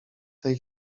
tej